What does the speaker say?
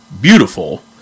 beautiful